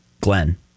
Glenn